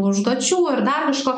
užduočių ar dar kažko